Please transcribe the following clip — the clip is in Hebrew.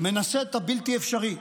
מנסה את הבלתי-אפשרי,